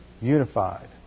unified